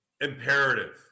imperative